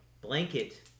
blanket